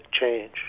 change